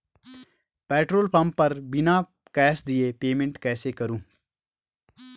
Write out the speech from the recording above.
Petrol pump पर बिना cash दिए पेमेंट कैसे करूँ?